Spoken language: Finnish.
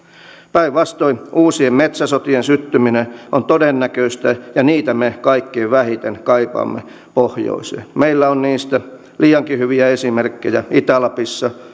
päinvastoin uusien metsäsotien syttyminen on todennäköistä ja niitä me kaikkein vähiten kaipaamme pohjoiseen meillä on niistä liiankin hyviä esimerkkejä itä lapissa